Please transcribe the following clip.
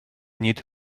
need